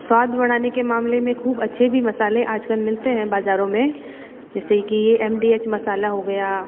स्वाद बढ़ाने के मामले में खूब अच्छे भी मसाले आजकल मिलते हैं बाजारों में जैसे कि एम डी एच मसाला हो गया